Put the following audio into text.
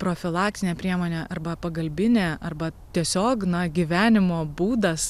profilaktinė priemonė arba pagalbinė arba tiesiog na gyvenimo būdas